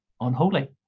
unholy